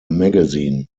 magazine